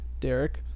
Derek